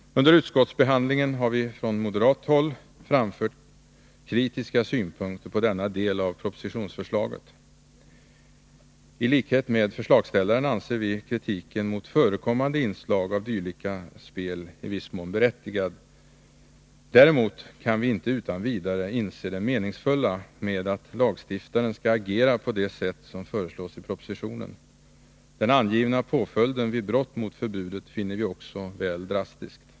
Under utskottsbehandlingen har vi från moderat håll framfört kritiska synpunkter på denna del av propositionsförslaget. I likhet med förslagsställaren anser vi kritiken mot förekommande inslag av dylika spel i viss mån berättigad. Däremot kan vi inte utan vidare inse det meningsfulla med att lagstiftaren skall agera på det sätt som föreslås i propositionen. Den angivna påföljden vid brott mot förbudet finner vi också väl drastisk.